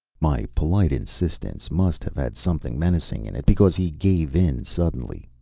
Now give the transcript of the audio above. my polite insistence must have had something menacing in it, because he gave in suddenly.